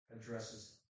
addresses